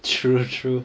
true true